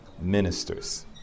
ministers